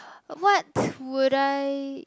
what would I